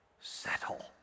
settle